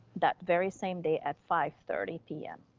that very same day at five thirty p m.